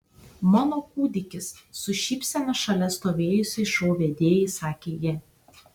mano kūdikis su šypsena šalia stovėjusiai šou vedėjai sakė ji